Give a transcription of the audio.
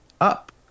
up